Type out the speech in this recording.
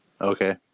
Okay